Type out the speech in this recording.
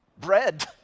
Bread